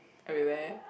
everywhere